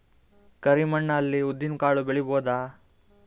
ಕರಿ ಮಣ್ಣ ಅಲ್ಲಿ ಉದ್ದಿನ್ ಕಾಳು ಬೆಳಿಬೋದ?